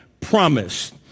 promised